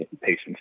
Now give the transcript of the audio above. patients